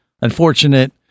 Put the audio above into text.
unfortunate